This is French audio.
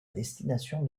destination